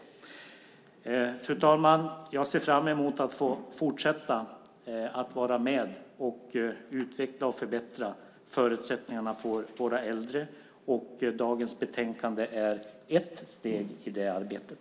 Fru talman! Jag ser fram emot att få fortsätta att vara med och utveckla och förbättra förutsättningarna för våra äldre, och dagens betänkande är ett steg i det arbetet.